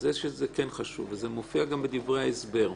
זה חשוב וזה מופיע בדברי ההסבר.